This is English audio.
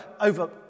over